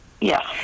Yes